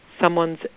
someone's